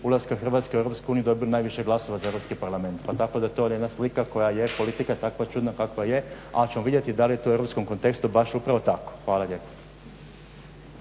ulaska Hrvatske u Europsku uniju dobili najviše glasova za Europski parlament. Pa tako da je to jedna slika koja je politika takva čudna kakva je, ali ćemo vidjeti da li je to u europskom kontekstu baš upravo tako. Hvala lijepo.